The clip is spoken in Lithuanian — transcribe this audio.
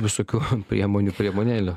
visokių priemonių priemonėlių